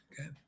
Okay